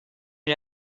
you